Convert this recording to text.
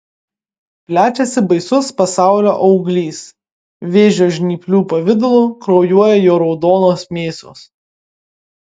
plečiasi baisus pasaulio auglys vėžio žnyplių pavidalu kraujuoja jo raudonos mėsos